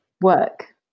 work